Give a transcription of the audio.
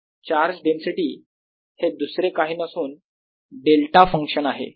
charge density हे दुसरे काही नसून डेल्टा फंक्शन आहे